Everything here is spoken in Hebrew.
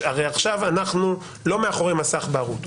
הרי עכשיו אנחנו לא מאחורי מסך בערות,